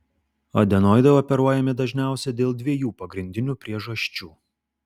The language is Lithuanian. adenoidai operuojami dažniausiai dėl dviejų pagrindinių priežasčių